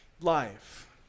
life